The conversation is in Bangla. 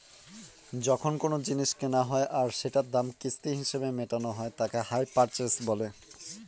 যখন কোনো জিনিস কেনা হয় আর সেটার দাম কিস্তি হিসেবে মেটানো হয় তাকে হাই পারচেস বলে